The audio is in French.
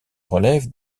relève